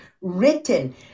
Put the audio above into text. written